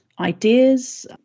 ideas